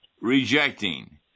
rejecting